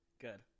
good